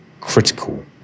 critical